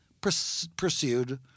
pursued